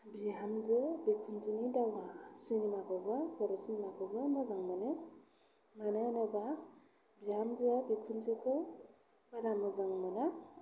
बिहामजो बिखुनजोनि दावहा सिनेमाखौबो बर' सिनेमाखौबो मोजां मोनो मानो होनोबा बिहामजोआ बिखुनजोखौ बारा मोजां मोना